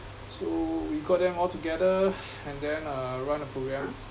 so we got them all together and then uh run a program